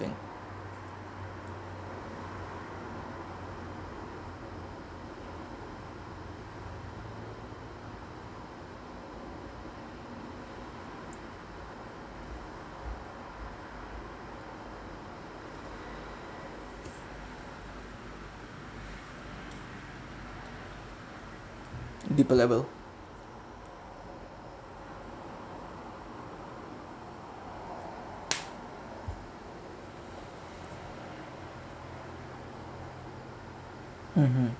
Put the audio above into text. deeper level mmhmm